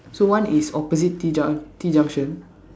so one is opposite T-junc~ T-junction